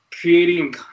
creating